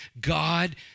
God